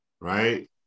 Right